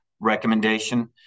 recommendation